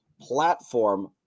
platform